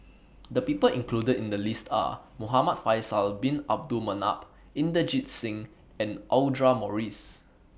The People included in The list Are Muhamad Faisal Bin Abdul Manap Inderjit Singh and Audra Morrice